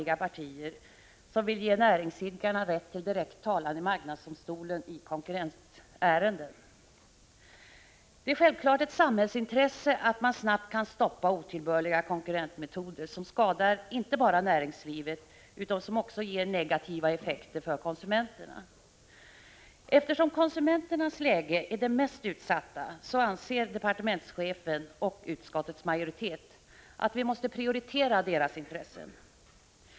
Jag yrkar avslag på reservation nr 1. Det är självfallet ett samhällsintresse att man snabbt kan stoppa otillbörliga konkurrensmetoder, som inte bara skadar näringslivet utan också ger negativa effekter för konsumenterna. Eftersom konsumenternas läge är mest utsatt anser departementschefen och utskottsmajoriteten att vi måste prioritera deras intressen.